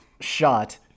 shot